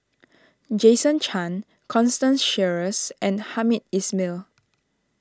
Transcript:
Jason Chan Constance Sheares and Hamed Ismail